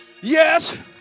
Yes